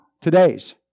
today's